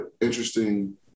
interesting